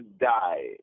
die